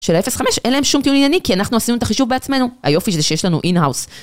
של אפס חמש, אין להם שום טיעון ענייני כי אנחנו עשינו את החישוב בעצמנו, היופי זה שיש לנו אין-האוס.